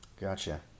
Gotcha